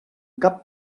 cap